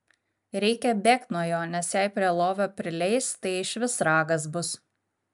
reikia bėgt nuo jo nes jei prie lovio prileis tai išvis ragas bus